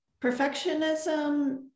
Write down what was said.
perfectionism